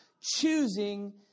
choosing